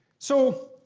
so